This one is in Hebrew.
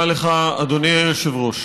תודה לך, אדוני היושב-ראש.